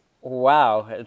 wow